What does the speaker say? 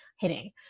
hitting